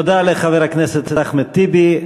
תודה לחבר הכנסת אחמד טיבי.